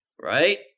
right